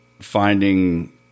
finding